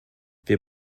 wir